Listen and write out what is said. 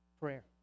Prayer